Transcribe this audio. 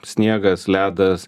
sniegas ledas